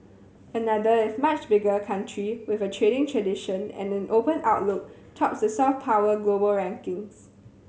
another if much bigger country with a trading tradition and an open outlook tops the soft power global rankings